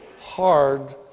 hard